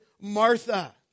Martha